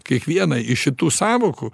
kiekvieną iš šitų sąvokų